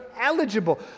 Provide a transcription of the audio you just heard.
eligible